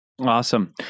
Awesome